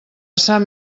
sant